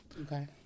Okay